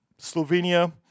Slovenia